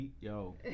yo